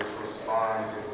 respond